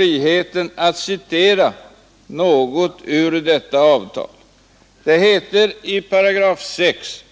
I 6 § i radioavtalet sägs: